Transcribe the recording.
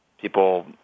people